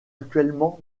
actuellement